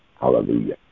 Hallelujah